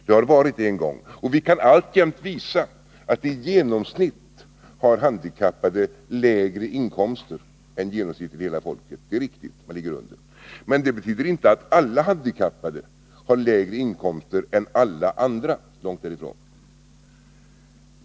Det har varit så en gång, och vi kan alltjämt visa att handikappade har lägre inkomster än folk i allmänhet. Det är riktigt — de ligger under. Men det betyder inte att alla handikappade har lägre inkomster än alla andra — långt därifrån.